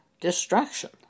destruction